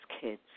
kids